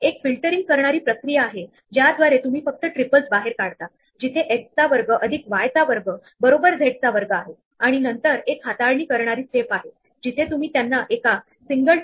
हे आपण खऱ्या जीवनात पाहिलेल्या क्यू प्रमाणेच असते जिथे तुम्ही रांगेत शेवटी एड होतात आणि जेव्हा तुमचा नंबर येतो तेव्हा तुम्ही रांगेच्या सुरुवातीला असतात आणि त्याच वेळी तुम्हाला सर्व्हिस मिळते